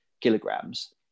kilograms